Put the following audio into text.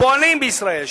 שפועלים בישראל,